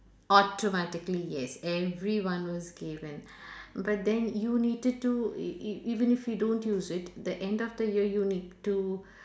automatically yes everyone was given but then you needed to e~ e~ even if you don't use it the end of the year you need to